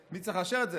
מי צריך לאשר את זה?